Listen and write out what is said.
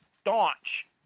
staunch